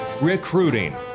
recruiting